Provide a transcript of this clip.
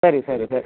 ಸರಿ ಸರಿ ಸರಿ